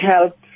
Help